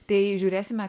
tai žiūrėsime